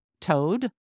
Toad